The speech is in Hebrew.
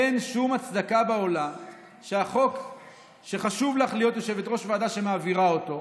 אין שום הצדקה בעולם שהחוק שחשוב לך להיות יושבת-ראש ועדה שמעבירה אותו,